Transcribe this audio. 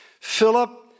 Philip